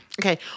okay